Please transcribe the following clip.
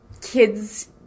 kids